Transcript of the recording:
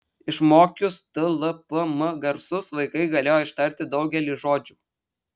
išmokius t l p m garsus vaikai galėjo ištarti daugelį žodžių